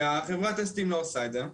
והחברת טסטים לא עושה את זה,